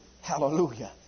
Hallelujah